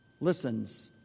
listens